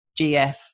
GF